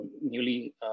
newly